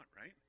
right